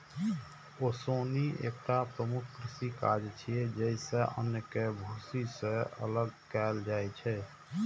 ओसौनी एकटा प्रमुख कृषि काज छियै, जइसे अन्न कें भूसी सं अलग कैल जाइ छै